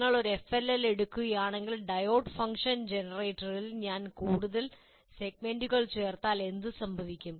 നിങ്ങൾ ഒരു FLL എടുക്കുകയാണെങ്കിൽ ഡയോഡ് ഫംഗ്ഷൻ ജനറേറ്ററിൽ ഞാൻ കൂടുതൽ സെഗ്മെന്റുകൾ ചേർത്താൽ എന്ത് സംഭവിക്കും